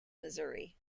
missouri